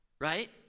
right